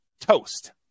toast